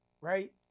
right